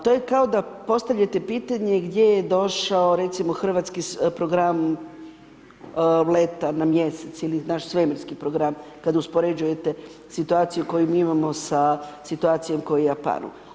To je kao da postavljate pitanje gdje je došao hrvatski program leta na mjesec ili naš svemirski program, kad uspoređujete situaciju koju mi imamo sa situacijom kao u Japanu.